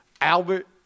Albert